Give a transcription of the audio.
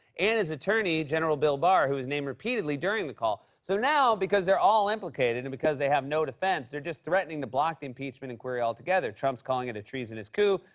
and his attorney general, bill barr, who was named repeatedly during the call. so now, because they're all implicated and because they have no defense, they're just threatening to block the impeachment inquiry all together. trump's calling it a treasonous coup,